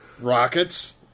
Rockets